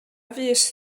fuest